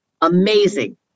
amazing